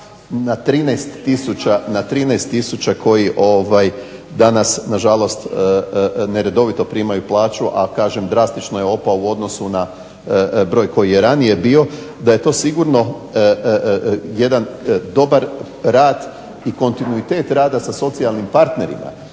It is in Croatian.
na 13000 koji danas nažalost neredovito primaju plaću, a kažem drastično je opao u odnosu na broj koji je ranije bio, da je to sigurno jedan dobar rad i kontinuitet rada sa socijalnim partnerima